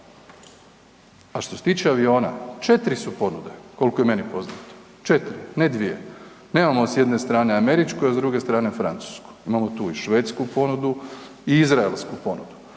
A što se tiče aviona, 4 su ponude koliko je meni poznato, 4, ne 2. nemamo s jedne strane američku, a s druge strane francusku, imamo tu i švedsku ponudi i izraelsku ponudu.